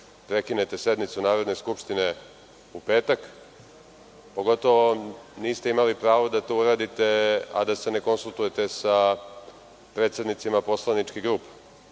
prekinete sednicu Narodne skupštine u petak, pogotovo niste imali pravo da to uradite, a da se ne konsultujete sa predsednicima poslaničkih grupa.